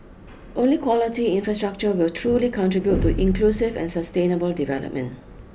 only quality infrastructure will truly contribute to inclusive and sustainable development